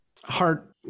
heart